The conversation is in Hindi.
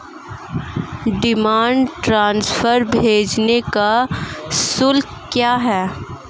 डिमांड ड्राफ्ट भेजने का शुल्क क्या है?